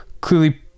clearly